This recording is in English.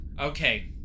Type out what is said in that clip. Okay